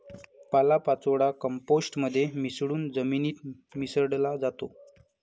पालापाचोळा कंपोस्ट मध्ये मिसळून जमिनीत मिसळला जातो